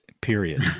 Period